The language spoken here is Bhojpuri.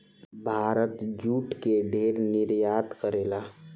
भारत जूट के ढेर निर्यात करेला